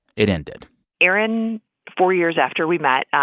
it ended aaron four years after we met,